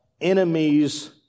enemies